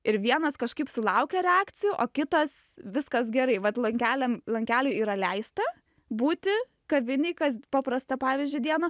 ir vienas kažkaip sulaukia reakcijų o kitas viskas gerai vat lankeliam lankeliai yra leista būti kavinėj kas paprastą pavyzdžiui dieną